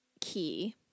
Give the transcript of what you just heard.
key